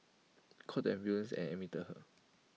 called the ambulance and admit her